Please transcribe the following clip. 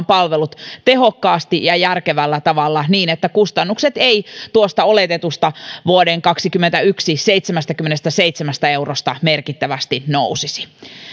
palvelut tehokkaasti ja järkevällä tavalla niin että kustannukset eivät tuosta vuoden kaksikymmentäyksi oletetusta seitsemästäkymmenestäseitsemästä eurosta merkittävästi nousisi